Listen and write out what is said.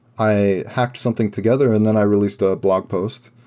i hacked something together and then i released a blog post.